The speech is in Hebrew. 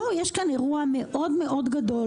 בוא, יש כאן אירוע מאוד מאוד גדול.